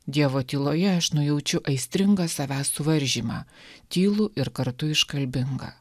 dievo tyloje aš nujaučiu aistringą savęs suvaržymą tylų ir kartu iškalbingą